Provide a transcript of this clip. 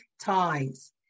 ties